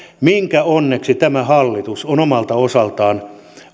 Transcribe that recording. minkä onneksi tämä hallitus on omalta osaltaan